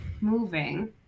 moving